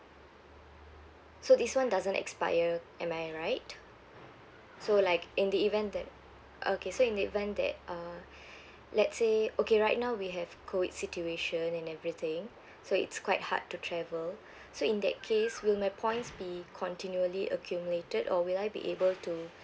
so this one doesn't expire am I right so like in the event that okay so in the event that uh let's say okay right now we have COVID situation and everything so it's quite hard to travel so in that case will my points be continually accumulated or will I be able to